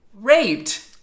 raped